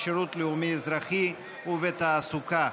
בשירות לאומי-אזרחי ובתעסוקה.